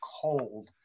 cold